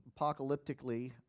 apocalyptically